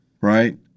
right